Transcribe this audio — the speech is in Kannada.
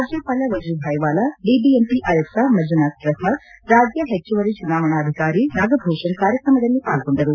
ರಾಜ್ಯಪಾಲ ವಜೂಭಾಯ್ ವಾಲಾ ಬಿಬಿಎಂಪಿ ಆಯುಕ್ತ ಮಂಜುನಾಥ್ ಪ್ರಸಾದ್ ರಾಜ್ಯ ಹೆಚ್ಚುವರಿ ಚುನಾವಣಾಧಿಕಾರಿ ನಾಗಭೂಷಣ್ ಕಾರ್ಯಕ್ರಮದಲ್ಲಿ ಪಾಲ್ಗೊಂಡರು